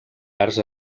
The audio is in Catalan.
arts